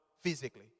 physically